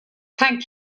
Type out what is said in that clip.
thank